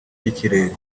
y’ikirere